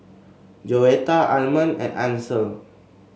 Joetta Almond and Ansel